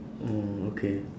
oh okay